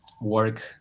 work